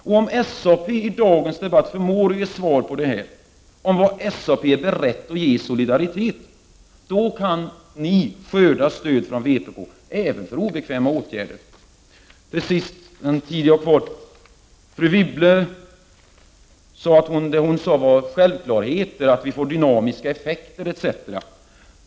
Om ni i SAP i dagens debatt förmår ge svar på vad SAP är berett att ge i solidaritet kan ni skörda stöd från vpk, även för obekväma åtgärder. Fru Wibble sade att det hon sade, bl.a. om att man får dynamiska effekter, var självklarheter.